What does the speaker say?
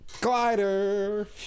Glider